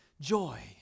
joy